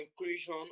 inclusion